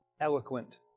eloquent